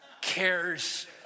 cares